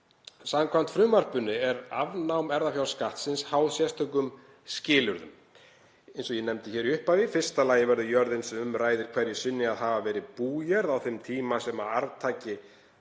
Samkvæmt frumvarpinu er afnám erfðafjárskattsins háð sérstökum skilyrðum eins og ég nefndi áður. Í fyrsta lagi verður jörðin sem um ræðir hverju sinni að hafa verið bújörð á þeim tíma sem arftaka